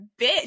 bitch